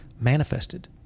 manifested